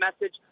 message